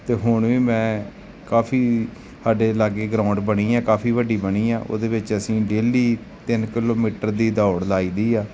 ਅਤੇ ਹੁਣ ਵੀ ਮੈਂ ਕਾਫ਼ੀ ਸਾਡੇ ਲਾਗੇ ਗਰਾਊਂਡ ਬਣੀ ਹੈ ਕਾਫ਼ੀ ਵੱਡੀ ਬਣੀ ਆ ਉਹਦੇ ਵਿੱਚ ਅਸੀਂ ਡੇਲੀ ਤਿੰਨ ਕਿਲੋਮੀਟਰ ਦੀ ਦੌੜ ਲਗਾਈਦੀ ਆ